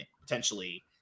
potentially